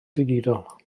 digidol